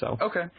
Okay